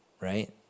right